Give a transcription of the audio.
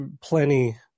plenty